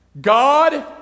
God